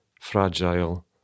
fragile